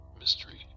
mystery